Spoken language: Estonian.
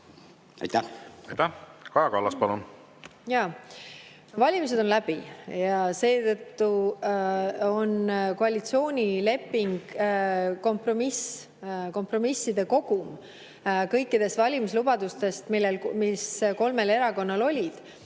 palun! Aitäh! Kaja Kallas, palun! Jaa, valimised on läbi, ja seetõttu on koalitsioonileping kompromiss, kompromisside kogum kõikidest valimislubadustest, mis kolmel erakonnal olid.